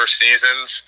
seasons